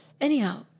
Anyhow